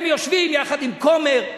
הם יושבים יחד עם כומר,